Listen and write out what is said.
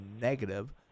negative